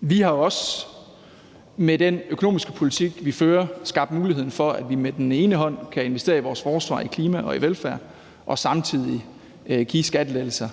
Vi har også med den økonomiske politik, vi fører, skabt muligheden for, at vi med den ene hånd kan investere i vores forsvar, i klima og i velfærd og samtidig med den anden hånd give skattelettelser,